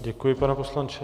Děkuji, pane poslanče.